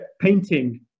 painting